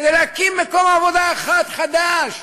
כדי להקים מקום עבודה אחד חדש.